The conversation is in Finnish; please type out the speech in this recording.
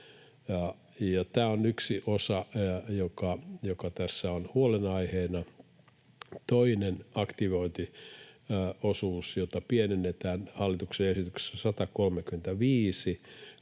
tämä on yksi osa, joka tässä on huolenaiheena. Toinen: Aktivointiosuus, jota pienennetään hallituksen esityksessä 135,